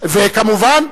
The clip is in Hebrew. וכמובן,